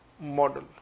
model